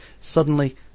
Suddenly